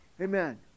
Amen